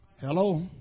Hello